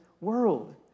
world